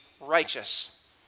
righteous